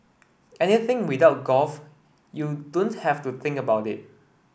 anything without golf you don't have to think about it